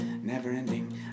never-ending